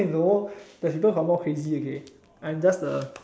no there's people who are more crazy okay I'm just the